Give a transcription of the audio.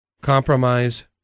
compromise